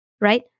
right